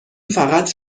فقط